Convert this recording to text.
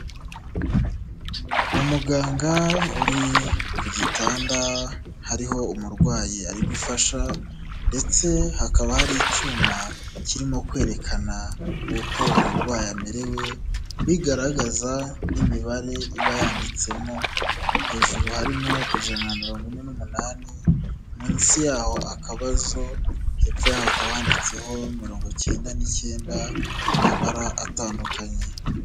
Umuganga uri ku gitanda, hariho umurwayi ari gufasha ndetse hakaba hari icyuma kirimo kwerekana uko umurwayi amerewe, bigaragaza n'imibare iba yanditsemo, hejuru harimo ijana na mirongo ine n'umunani, munsi yaho akabazo, hepfo yaho hakaba handitseho mirongo icyenda n'icyenda mu mabara atandukanye.